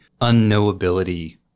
unknowability